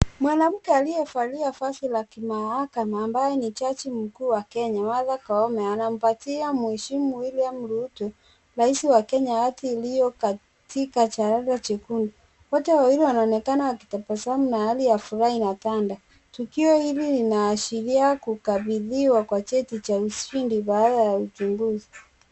Mwanamke aliyevalia vazi la kimahakama ambaye ni jaji mkuu wa Kenya Martha Koome anampatia mheshimu William Ruto, rais wa Kenya hati iliyo katika jalada jekundu. Wote wawili wanaonekana wakitabasamu na hali ya furaha inatanda. Tukio hili linaashiria kukabidhiwa kwa cheti cha ushindi baadha ya uchunguzi.